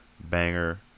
Banger